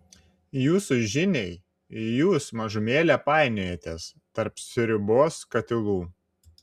jūsų žiniai jūs mažumėlę painiojatės tarp sriubos katilų